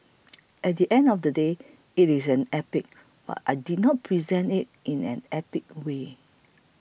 at the end of the day it is an epic but I didn't present it in an epic way